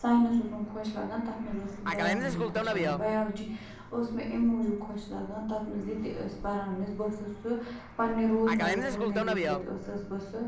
science اوسُم خۄش لَگان تَتھ منٛز ٲسٕم بَیالجی خۄش لَگان بَیالجی ٲسۍ مےٚ امہِ موٗجوب خۄش لَگان تَتھ منٛز یہِ تہِ أسۍ پَران ٲسۍ بہٕ ٲسٕس سُہ پَننہِ روزمَرہ زِندگی سۭتۍ ٲسٕس بہٕ سُہ